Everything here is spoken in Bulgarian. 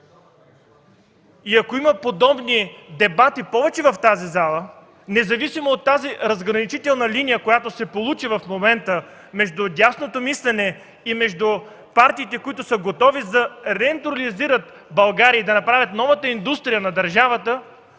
има повече подобни дебати в тази зала, независимо от тази разграничителна линия, която се получи в момента между дясното мислене и между партиите, които са готови да реиндустриализират България и да направят новата индустрия на държавата,